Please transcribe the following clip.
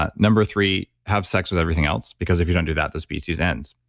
ah number three, have sex with everything else because if you don't do that, the species ends.